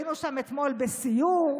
היינו שם אתמול בסיור,